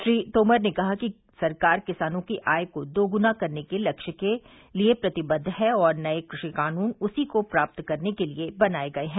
श्री तोमर ने कहा कि सरकार किसानों की आय को दोगुना करने के लक्ष्य के लिए प्रतिबद्ध है और नए कृषि कानून उसी को प्राप्त करने के लिए बनाये गए हैं